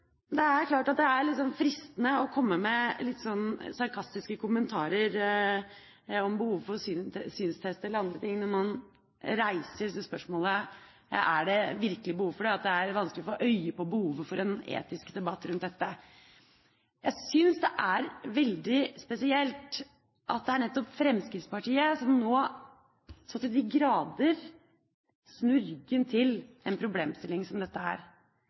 Det er klart at det er fristende å komme med litt sarkastiske kommentarer om behovet for synstest eller andre ting når man reiser spørsmålet om det virkelig er behov for dette, at det er vanskelig å få øye på behovet for en etisk debatt rundt dette. Jeg syns det er veldig spesielt at det er nettopp Fremskrittspartiet som nå til de grader snur ryggen til en problemstilling som dette.